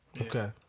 Okay